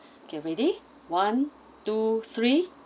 okay ready one two three